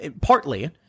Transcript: partly